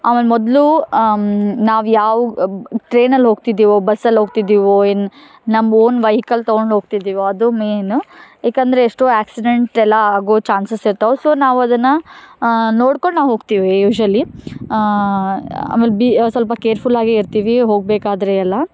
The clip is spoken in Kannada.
ಆಮೇಲೆ ಮೊದಲು ನಾವು ಯಾವ ಟ್ರೇನಲ್ಲಿ ಹೋಗ್ತಿದ್ದೀವೋ ಬಸ್ಸಲ್ಲಿ ಹೋಗ್ತಿದ್ದೀವೋ ಎನ್ ನಮ್ಮ ಓನ್ ವೈಕಲ್ ತಗೊಂಡು ಹೋಗ್ತಿದ್ದಿವೊ ಅದು ಮೇಯ್ನ್ ಏಕಂದರೆ ಎಷ್ಟೋ ಆಕ್ಸಿಡೆಂಟ್ ಎಲ್ಲ ಆಗೋ ಚಾನ್ಸಸ್ ಇರ್ತವೆ ಸೊ ನಾವು ಅದನ್ನು ನೋಡ್ಕೊಂಡು ನಾವು ಹೋಗ್ತೀವಿ ಯೂಶ್ವಲಿ ಆಮೇಲೆ ಭೀ ಸ್ವಲ್ಪ ಕೇರ್ಫುಲ್ಲಾಗೇ ಇರ್ತೀವಿ ಹೋಗಬೇಕಾದ್ರೆ ಎಲ್ಲ